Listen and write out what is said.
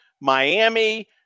Miami